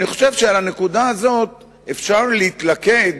אני חושב שעל הנקודה הזאת אפשר להתלכד